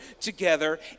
together